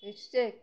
S H